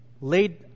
laid